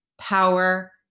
power